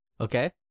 okay